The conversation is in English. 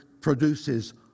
produces